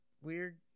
weird